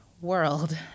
world